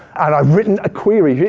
and i've written a query.